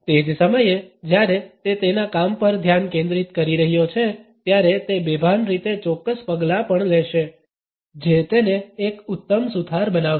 તે જ સમયે જ્યારે તે તેના કામ પર ધ્યાન કેન્દ્રિત કરી રહ્યો છે ત્યારે તે બેભાન રીતે ચોક્કસ પગલાં પણ લેશે જે તેને એક ઉત્તમ સુથાર બનાવશે